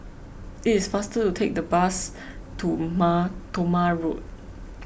it is faster to take the bus to Mar Thoma Road